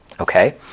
Okay